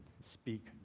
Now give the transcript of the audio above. speak